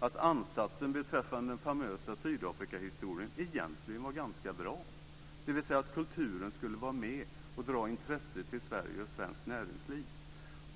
att ansatsen beträffande den famösa Sydafrikaresan egentligen var ganska bra, dvs. att kulturen skulle vara med och dra intresse till Sverige och svenskt näringsliv.